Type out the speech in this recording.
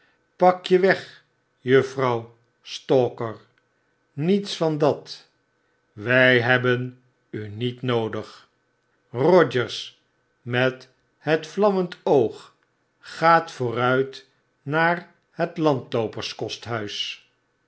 pak jewegjuffrouw stalker niets van dat wij hebben u niet noodig rogers met het vlammend oog gaat vooruit naar net landloopers